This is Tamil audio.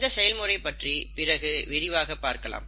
இந்த செயல்முறை பற்றி பிறகு விரிவாக பார்க்கலாம்